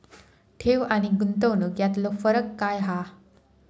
ठेव आनी गुंतवणूक यातलो फरक काय हा?